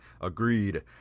Agreed